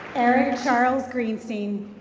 eric charles greenstein.